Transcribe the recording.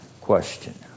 question